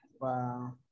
wow